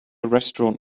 restaurant